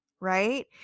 Right